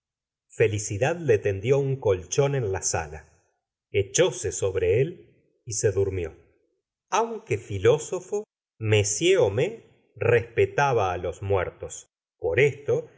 felicidad le tendió un colchón en la sala echóse sobre él y se durmió aunque filósofo m homais respetaba á los muertos por esto